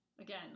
Again